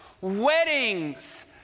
weddings